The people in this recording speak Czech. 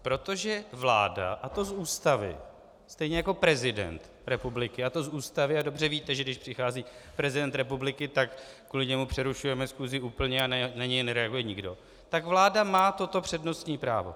Protože vláda, a to z Ústavy, stejně jako prezident republiky, a to z Ústavy a dobře víte, že když přichází prezident republiky, tak kvůli němu přerušujeme schůzi úplně a na něj nereaguje nikdo tak vláda má toto přednostní právo.